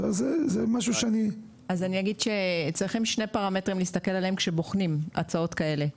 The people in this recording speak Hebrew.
אז אני אגיד שצריכים להסתכל על שני פרמטרים כשבוחנים הצעות כאלה.